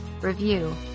review